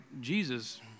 Jesus